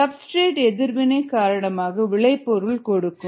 substrate எதிர்வினை காரணமாக விளைபொருள் கொடுக்கும்